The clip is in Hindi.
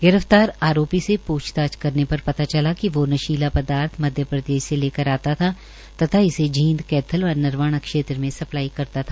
गिर फ्तार आरोपी से पूछताछ करने पर पता चला कि वोह नशीला पदार्थ मध्य प्रदेश से लेकर आता था और इसे जींद कैथल व नरवाना क्षेत्र में सप्लाई करता था